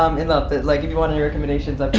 um and, that, like, if you want any recommendations, i've